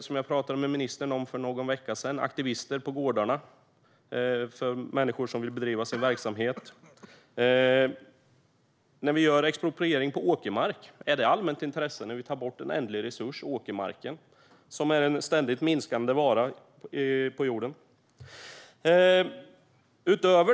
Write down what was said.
Som jag berättade för ministern för någon vecka sedan ser vi aktivister på gårdarna, där människor vill bedriva sin verksamhet. Är det ett allmänt intresse att göra exproprieringar av åkermark - man tar bort en ändlig resurs, åkermarken, som är en ständigt minskande vara på jorden?